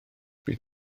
bydd